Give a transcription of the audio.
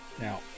Now